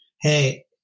Hey